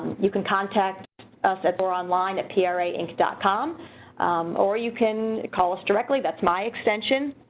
you can contact us that we're online at prainc dot com or you can call us directly that's my extension